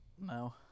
No